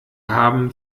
haben